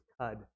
cud